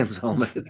helmet